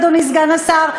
אדוני סגן השר,